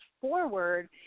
forward